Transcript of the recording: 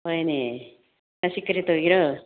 ꯍꯣꯏꯅꯦ ꯉꯁꯤ ꯀꯔꯤ ꯇꯧꯒꯦꯔꯣ